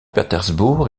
pétersbourg